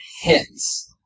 hits